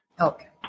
okay